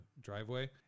driveway